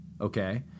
Okay